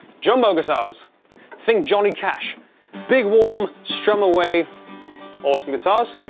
jumbo guitars think johnny cash big warm strum away awesome guitars